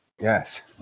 Yes